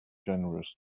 generous